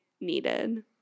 needed